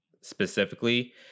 specifically